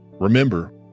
Remember